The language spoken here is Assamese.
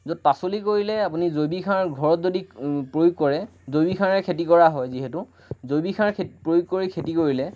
পাচলি কৰিলে আপুনি জৈৱিক সাৰ ঘৰত যদি প্ৰয়োগ কৰে জৈৱিক সাৰে খেতি কৰা হয় যিহেতু জৈৱিক সাৰ প্ৰয়োগ কৰি খেতি কৰিলে